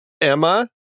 Emma